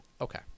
Okay